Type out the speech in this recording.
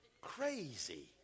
crazy